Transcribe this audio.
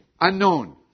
unknown